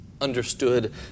understood